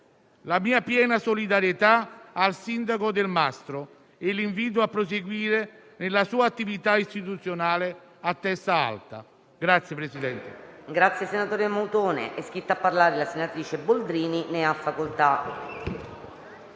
la mia piena solidarietà al sindaco Del Mastro, che invito a proseguire la sua attività istituzionale a testa alta.